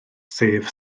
sef